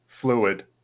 fluid